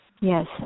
Yes